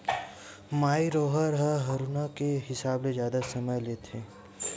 माई राहेर ह हरूना के हिसाब ले जादा समय लेथे